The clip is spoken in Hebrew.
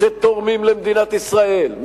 שתורמים למדינת ישראל,